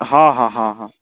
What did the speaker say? हँ हँ हँ हँ